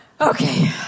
Okay